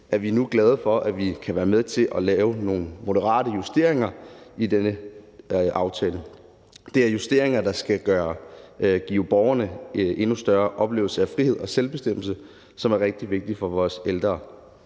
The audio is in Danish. være med til at lave nogle moderate justeringer af denne aftale. Det er justeringer, der skal give borgerne en endnu større oplevelse af frihed og selvbestemmelse, som er rigtig vigtigt for vores ældre.